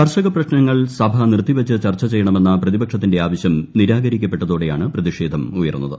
കർഷക പ്രശ്നങ്ങൾ സഭ നിർത്തിവച്ച് ചർച്ച ചെയ്യണമെന്ന് പ്രതിപക്ഷത്തിന്റെ ആവശ്യം നിരാകരിക്കപ്പെട്ടതോടെയാണ് പ്രതിഷേധമുയർന്നത്